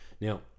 Now